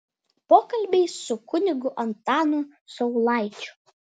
pokalbiai su kunigu antanu saulaičiu